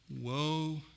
woe